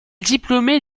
diplômé